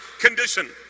condition